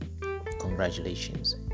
congratulations